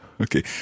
Okay